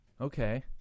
okay